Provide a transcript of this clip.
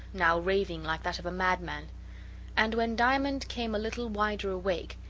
now raving like that of a madman and when diamond came a little wider awake,